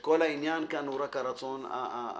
שכל העניין כאן הוא רק הרצון הפוליטי,